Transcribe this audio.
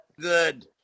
Good